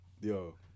Yo